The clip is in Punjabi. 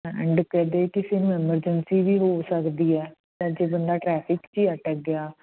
ਐਂਡ ਕਦੇ ਕਿਸੇ ਨੂੰ ਐਮਰਜੈਂਸੀ ਵੀ ਹੋ ਸਕਦੀ ਹੈ ਤਾਂ ਜੇ ਬੰਦਾ ਟਰੈਫਿਕ 'ਚੇ ਅਟਕ ਗਿਆ